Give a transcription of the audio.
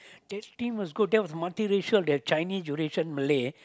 that team was good that was a multiracial they've Chinese Eurasian Malay